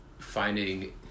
Finding